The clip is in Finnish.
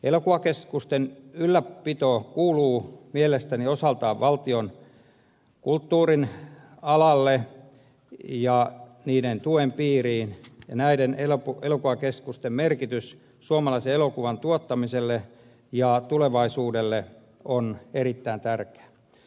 elokuvakeskusten ylläpito kuuluu mielestäni osaltaan kulttuurin alalle ja valtion tuen piiriin ja näiden elokuvakeskusten merkitys suomalaisen elokuvan tuottamiselle ja tulevaisuudelle on erittäin tärkeä